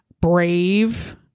brave